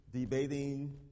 debating